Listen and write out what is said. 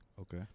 Okay